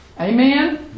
amen